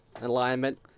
Alignment